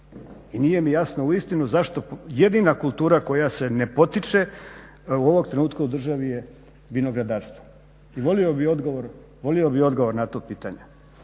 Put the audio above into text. I nije mi jasno uistinu zašto jedina kultura koja se ne potiče od ovog trenutka u državi je vinogradarstvo i volio bi odgovor na to pitanje.